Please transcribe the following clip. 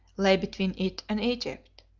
lay between it and egypt.